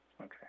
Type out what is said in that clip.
okay